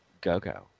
Go-Go